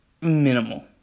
minimal